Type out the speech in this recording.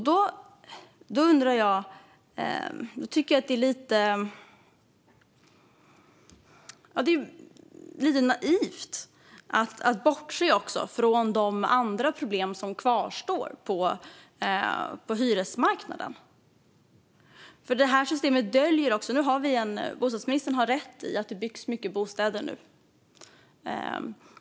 Det är också lite naivt att bortse från de andra problem som kvarstår på hyresmarknaden. Det här systemet döljer också något. Bostadsministern har rätt i att det byggs mycket bostäder nu.